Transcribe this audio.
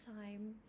time